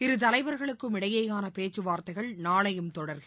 இருதலைவர்களுக்கும் இடையேயான பேச்சுவார்த்தைகள் நாளையும் தொடரும்